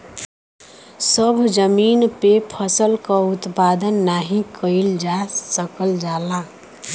सभ जमीन पे फसल क उत्पादन नाही कइल जा सकल जाला